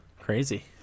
Crazy